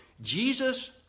Jesus